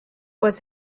was